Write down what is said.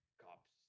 cops